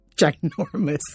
Ginormous